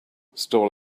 stall